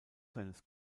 seines